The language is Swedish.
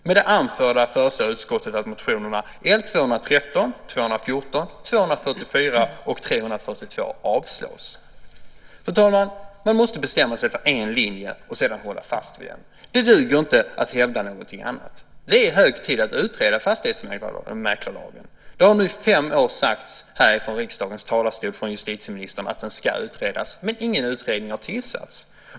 Med det anförda föreslår utskottet att motionerna L213, L214, L244 och L342 avslås." Fru talman! Man måste bestämma sig för en linje och sedan hålla fast vid den. Det duger inte att hävda någonting annat. Det är hög tid att utreda fastighetsmäklarlagen. Det har nu i fem år sagts härifrån riksdagens talarstol av justitieministern att den ska utredas, men ingen utredning har tillsatts.